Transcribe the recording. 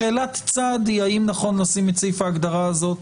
שאלת צד היא האם נכון לשים את סעיף ההגדרה הזאת